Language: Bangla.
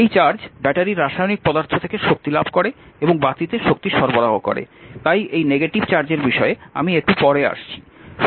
এই চার্জ ব্যাটারির রাসায়নিক পদার্থ থেকে শক্তি লাভ করে এবং বাতিতে শক্তি সরবরাহ করে তাই এই নেগেটিভ চার্জের বিষয়ে আমি একটু পরে আসছি